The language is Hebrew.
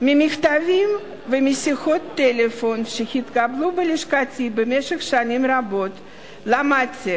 ממכתבים ומשיחות טלפון שהתקבלו בלשכתי במשך שנים רבות למדתי